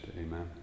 Amen